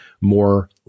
more